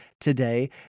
today